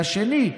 והשני,